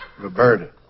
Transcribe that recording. Roberta